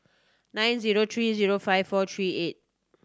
nine zero three zero five four three eight